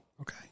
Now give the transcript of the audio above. Okay